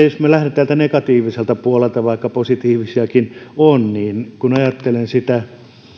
jos lähden täältä negatiiviselta puolelta vaikka positiivisiakin on niin kun ajattelen